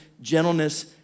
gentleness